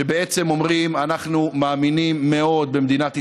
שבעצם אומרים: אנחנו מאמינים מאוד במדינת ישראל,